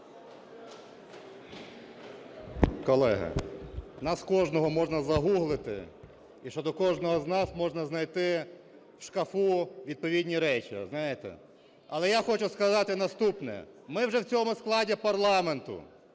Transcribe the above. Колеги, нас кожного можна загуглити і щодо кожного з нас можна знайти в шкафу відповідні речі, знаєте. Але я хочу сказати наступне. Ми вже в цьому складі парламенту